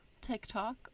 TikTok